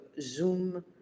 Zoom